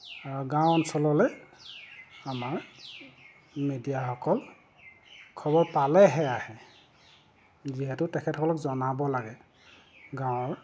গাঁও অঞ্চললৈ আমাৰ মেডিয়াসকল খবৰ পালেহে আহে যিহেতু তেখেতসকলক জনাব লাগে গাঁৱৰ